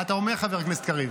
מה אתה אומר, חבר הכנסת קריב?